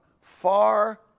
far